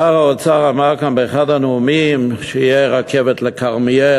שר האוצר אמר כאן באחד הנאומים שתהיה רכבת לכרמיאל.